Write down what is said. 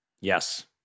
Yes